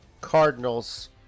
Cardinals